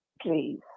please